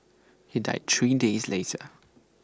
he died three days later